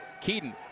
Keaton